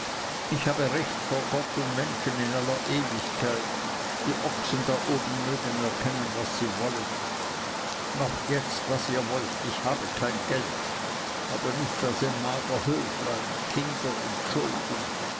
ich habe recht vor gott und menschen in aller ewigkeit die ochsen da oben mögen erkennen was sie wollen macht jetzt was ihr wollt ich habe kein geld habe nichts als ein mager höflein kinder und schulden